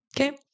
Okay